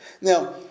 Now